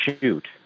shoot